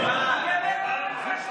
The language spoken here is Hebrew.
נגמר הזמן.